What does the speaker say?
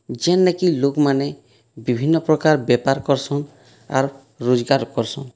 ଯେନେକି ଲୋକ୍ମାନେ ବିଭିନ୍ନପ୍ରକାର୍ ବେପାର୍ କର୍ସନ୍ ଆର୍ ରୋଜ୍ଗାର୍ କର୍ସନ୍